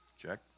check